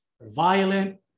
Violent